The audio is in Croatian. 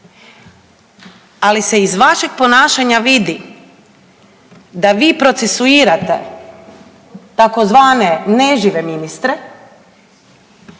ali se iz vašeg ponašanja vidi da vi procesuirate tzv. nežive ministre,